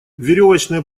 веревочные